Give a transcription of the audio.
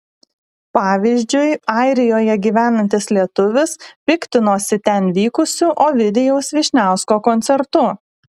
pavyzdžiui airijoje gyvenantis lietuvis piktinosi ten vykusiu ovidijaus vyšniausko koncertu